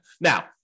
Now